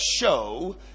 show